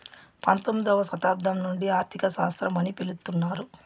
పంతొమ్మిదవ శతాబ్దం నుండి ఆర్థిక శాస్త్రం అని పిలుత్తున్నారు